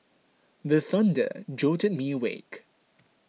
the thunder jolt me awake